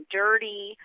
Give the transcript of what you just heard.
dirty